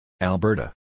Alberta